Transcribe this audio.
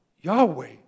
Yahweh